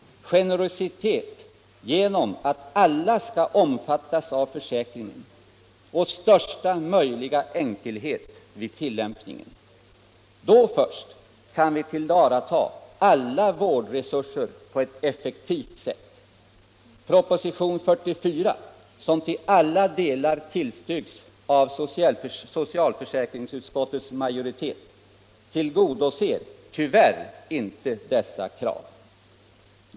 Generositet genom att alla skall omfattas av försäkringen och största möjliga enkelhet vid tillämpningen. Då först kan vi tillvarata alla vårdresurser på ett effektivt sätt. Proposition 44, som till alla delar tillstyrkts av socialförsäkringsutskottets majoritet, tillgodoser tyvärr inte dessa krav.